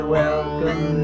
welcome